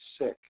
sick